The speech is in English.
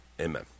amen